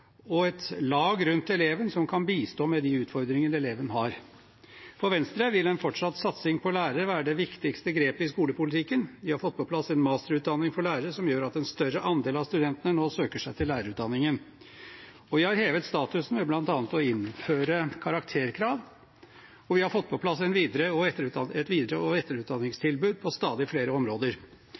og et lag rundt eleven som kan bistå med de utfordringer eleven har. For Venstre vil en fortsatt satsing på lærere være det viktigste grepet i skolepolitikken. Vi har fått på plass en masterutdanning for lærere som gjør at en større andel av studentene nå søker seg til lærerutdanningen. Vi har hevet statusen ved bl.a. å innføre karakterkrav, og vi har fått på plass et videre- og etterutdanningstilbud på stadig flere områder.